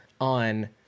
on